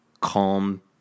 calm